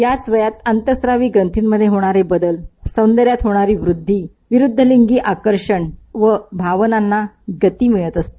या वयात अंतस्रावी ग्रंथींमध्ये होणारे बदल सौंदर्यात होणार वृद्धी विरूद्धी लिंगी आकर्षण आणि भावनांना गती मिळत असते